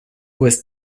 was